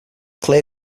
clear